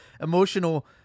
emotional